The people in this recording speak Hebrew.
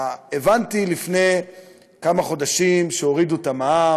הבנתי לפני כמה חודשים שהורידו את המע"מ,